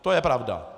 To je pravda.